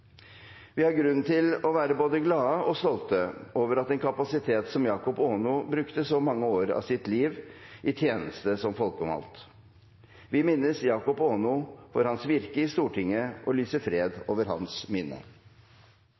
Vi har grunn til å være både glade og stolte over at en kapasitet som Jakob Aano brukte så mange år av sitt liv i tjeneste som folkevalgt. Vi minnes Jakob Aano for hans virke i Stortinget og lyser fred over hans minne.